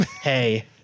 Hey